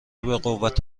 بقوت